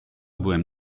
byłem